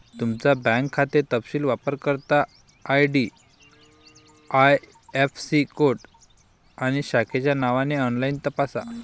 तुमचा बँक खाते तपशील वापरकर्ता आई.डी.आई.ऍफ़.सी कोड आणि शाखेच्या नावाने ऑनलाइन तपासा